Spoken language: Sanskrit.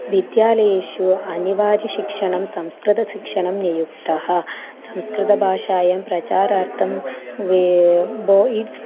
विद्यालयेषु अनिवार्यशिक्षणं संस्कृतशिक्षणं नियुक्तः संस्कृतभाषायां प्रचारार्थं